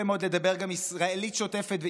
מאוד לדבר גם ישראלית שוטפת ועברית.